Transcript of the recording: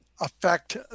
affect